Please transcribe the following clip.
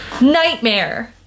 Nightmare